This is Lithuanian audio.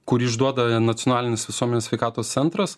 kurį išduoda nacionalinis visuomenės sveikatos centras